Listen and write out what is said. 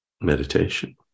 meditation